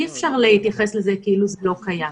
אי-אפשר להתייחס לזה כאילו שזה לא קיים.